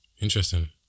Interesting